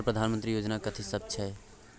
Sir प्रधानमंत्री योजना कथि सब छै?